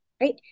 right